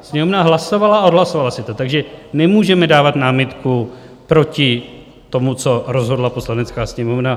Sněmovna hlasovala a odhlasovala si to, takže nemůžeme dávat námitku proti tomu, co rozhodla Poslanecká sněmovna.